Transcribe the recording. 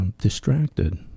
distracted